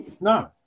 No